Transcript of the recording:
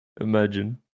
imagine